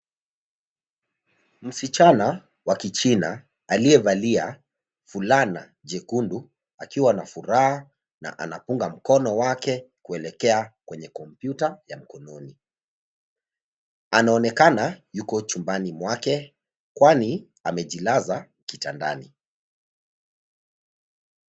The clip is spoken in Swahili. Msichana wa kichina aliyevalia fulana jekundu, akiwa na furaha na anapunga mkono wake kuelekea kwenye kompyuta ya mkononi. Anaonekana yuko chumbani mwake, kwani amejilaza kitandani.